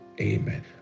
Amen